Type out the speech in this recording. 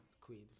queens